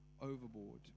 overboard